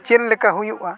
ᱪᱮᱫ ᱞᱮᱠᱟ ᱦᱩᱭᱩᱜᱼᱟ